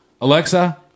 Alexa